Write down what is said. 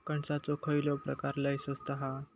कणसाचो खयलो प्रकार लय स्वस्त हा?